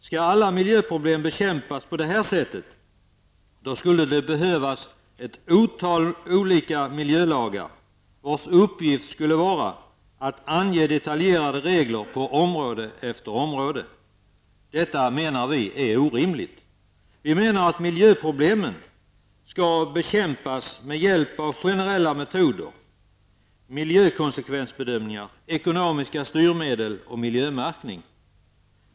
Skall alla miljöproblem bekämpas på detta sätt skulle det behövas ett otal olika miljölagar, vars uppgift skulle vara att ange detaljerade regler på område efter område. Detta menar vi är orimligt. Vi menar att miljöproblemen skall bekämpas med hjälp av generella metoder: miljökonsekvensbedömningar, ekonomiska styrmedel och miljömärkning.